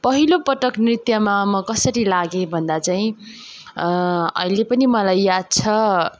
पहिलो पटक नृत्यमा म कसरी लागे भन्दा चाहिँ अहिले पनि मलाई याद छ